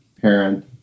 parent